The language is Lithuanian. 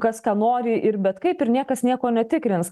kas ką nori ir bet kaip ir niekas nieko netikrins